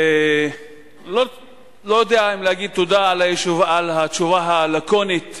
לא יודע אם להגיד תודה על התשובה הלקונית